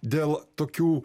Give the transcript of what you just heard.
dėl tokių